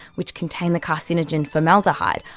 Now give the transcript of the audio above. which contain the carcinogen formaldehyde,